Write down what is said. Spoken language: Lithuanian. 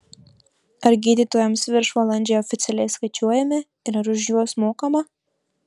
ar gydytojams viršvalandžiai oficialiai skaičiuojami ir ar už juos mokama